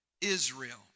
Israel